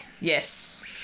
Yes